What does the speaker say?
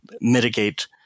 mitigate